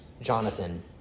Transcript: Jonathan